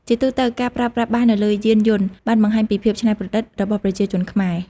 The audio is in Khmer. ជាទូទៅ ការប្រើប្រាស់បាសនៅលើយានយន្តបានបង្ហាញពីភាពច្នៃប្រឌិតរបស់ប្រជាជនខ្មែរ។